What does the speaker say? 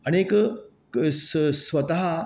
आनीक स स स्वताह